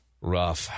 Rough